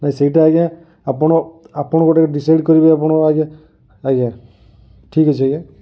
ନାହିଁ ସେଇଟା ଆଜ୍ଞା ଆପଣ ଆପଣ ଗୋଟେ ଡିସାଇଡ଼୍ କରିବେ ଆପଣ ଆଜ୍ଞା ଆଜ୍ଞା ଠିକ୍ ଅଛି ଆଜ୍ଞା